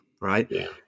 right